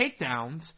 takedowns